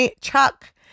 Chuck